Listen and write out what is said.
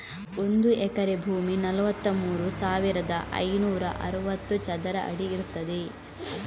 ಒಂದು ಎಕರೆ ಭೂಮಿ ನಲವತ್ತಮೂರು ಸಾವಿರದ ಐನೂರ ಅರವತ್ತು ಚದರ ಅಡಿ ಇರ್ತದೆ